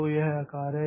तो यह आकार है